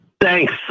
Thanks